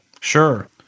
sure